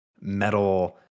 metal